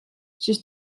siis